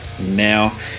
now